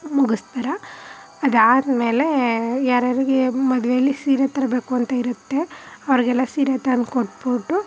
ಮುಗಿಸ್ತಾರೆ ಅದಾದ್ಮೇಲೆ ಯಾರ್ಯಾರಿಗೆ ಮದ್ವೇಲಿ ಸೀರೆ ತರಬೇಕು ಅಂತ ಇರುತ್ತೆ ಅವ್ರಿಗೆಲ್ಲ ಸೀರೆ ತಂದ್ಕೊಟ್ಬಿಟ್ಟು